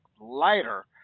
lighter